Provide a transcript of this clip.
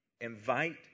invite